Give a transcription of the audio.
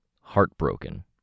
Heartbroken